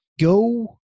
go